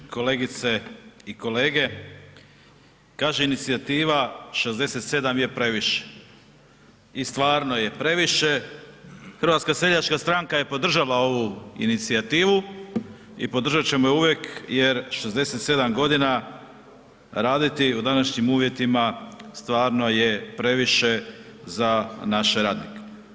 Kolegice i kolege, kaže inicijativa „67 je previše“ i stvarno je previše, HSS je podržala ovu inicijativu i podržat ćemo je uvijek jer 67 godina raditi u današnjim uvjetima stvarno je previše za naše radnike.